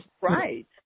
right